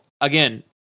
again